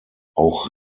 auch